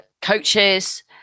coaches